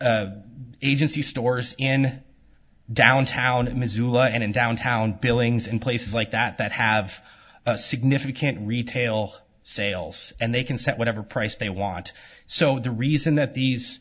agency stores in downtown missoula and in downtown billings in places like that that have significant retail sales and they can set whatever price they want so the reason that these